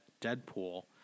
Deadpool